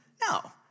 No